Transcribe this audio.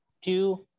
two